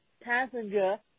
passenger